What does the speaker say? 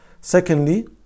Secondly